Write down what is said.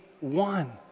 one